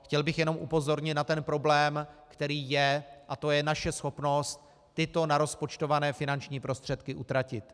Chtěl bych jenom upozornit na problém, který je, a to je naše schopnost tyto narozpočtované finanční prostředky utratit.